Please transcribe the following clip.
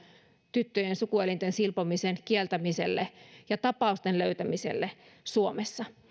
tyttöjen sukuelinten silpomisen kieltämiseksi ja tapausten löytämiseksi suomessa